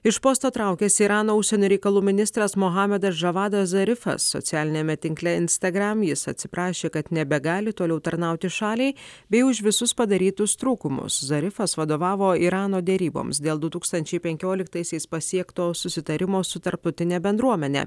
iš posto traukiasi irano užsienio reikalų ministras mohamedas žavadas zarifas socialiniame tinkle instagram jis atsiprašė kad nebegali toliau tarnauti šaliai bei už visus padarytus trūkumus zarifas vadovavo irano deryboms dėl du tūkstančiai penkioliktaisiais pasiekto susitarimo su tarptautine bendruomene